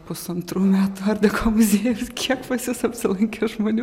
pusantrų metų art deko muziejaus kiek pas jus apsilankė žmonių